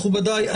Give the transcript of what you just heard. מכובדיי,